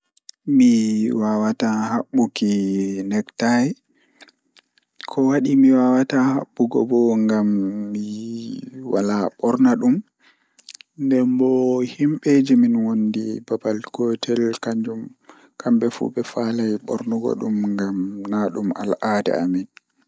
Eey, miɗo waɗa ties. Miɗo tottude ka tie e oon jamaa ɗum waɗa to yaafoore ka wayi. E nder ɓe am, ɗiɗi njannduɓe waɗi tie ko ɓe njooɗi haɓre e jam, tawa ɓe waɗi moƴƴi ko ɗiɗi mbaɗɗoowo.